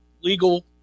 legal